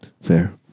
Fair